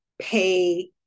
pay